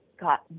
got